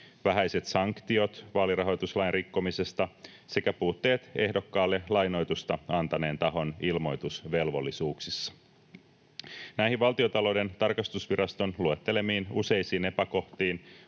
vähäiset sanktiot vaalirahoituslain rikkomisesta sekä puutteet ehdokkaalle lainoitusta antaneen tahon ilmoitusvelvollisuuksissa. Näihin Valtiontalouden tarkastusviraston luettelemiin useisiin epäkohtiin